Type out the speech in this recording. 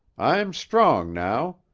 i'm strong now.